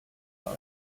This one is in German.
mal